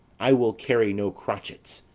i will carry no crotchets.